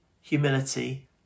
humility